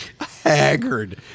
haggard